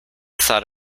thought